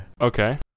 Okay